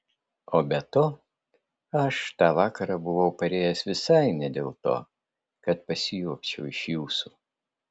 o be to aš tą vakarą buvau parėjęs visai ne dėl to kad pasijuokčiau iš jūsų